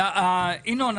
ינון,